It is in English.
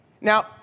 Now